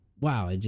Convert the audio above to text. Wow